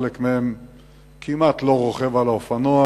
חלק מהם כמעט לא רוכב על אופנוע,